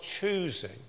choosing